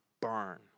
burn